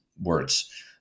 words